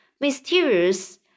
Mysterious